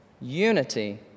Unity